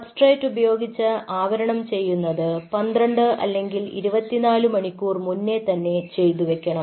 substrate ഉപയോഗിച്ച് ആവരണം ചെയ്യുന്നത് 12 അല്ലെങ്കിൽ 24 മണിക്കൂർ മുന്നേ തന്നെ ചെയ്തു വയ്ക്കണം